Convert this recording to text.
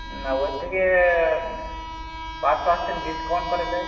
না ওর থেকে পাঁচ পার্সেন্ট ডিসকাউন্ট করা যায়